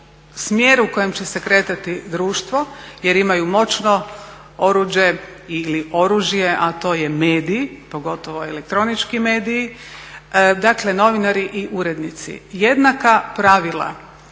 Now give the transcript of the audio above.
smjer u kojem će se kretati društvo jer imaju moćno oruđe ili oružje, a to je medij pogotovo elektronički mediji. Dakle, novinari i urednici jednaka pravila